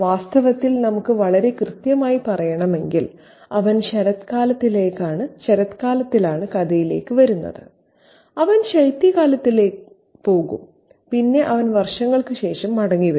വാസ്തവത്തിൽ നമുക്ക് വളരെ കൃത്യമായി പറയണമെങ്കിൽ അവൻ ശരത്കാലത്തിലാണ് കഥയിലേക്ക് വരുന്നത് അവൻ ശൈത്യകാലത്ത് പോകും പിന്നെ അവൻ വർഷങ്ങൾക്ക് ശേഷം മടങ്ങിവരും